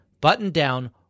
button-down